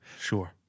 Sure